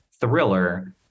thriller